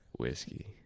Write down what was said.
whiskey